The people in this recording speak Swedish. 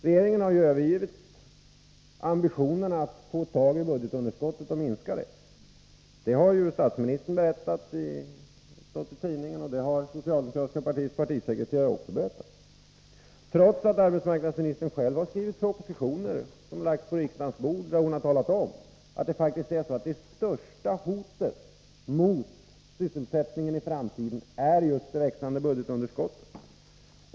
Regeringen har tydligen övergivit ambitionerna att minska budgetunderskottet — det har statsministern berättat i tidningsintervjuer, och det har det socialdemokratiska partiets partisekreterare också berättat, trots att arbetsmarknadsministern själv har skrivit propositioner där hon framhållit att det största hotet mot sysselsättningen i framtiden just är det växande budgetunderskottet.